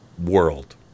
world